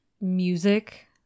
music